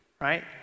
right